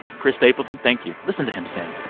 chris stapleton, thank you. listen to him sing